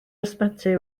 ysbyty